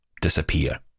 disappear